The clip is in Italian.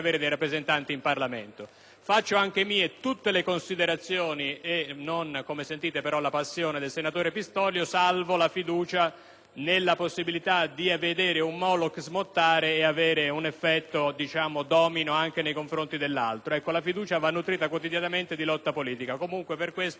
Faccio mie tutte le considerazioni e non però, come sentite, la passione del senatore Pistorio, salvo la fiducia nella possibilità di vedere un *moloch* smottare e avere un effetto domino anche nei confronti dell'altro: la fiducia va nutrita quotidianamente di lotta politica. Comunque, per questo il nostro voto è a favore e chiediamo